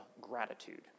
gratitude